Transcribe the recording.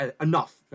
enough